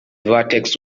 vertex